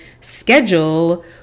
schedule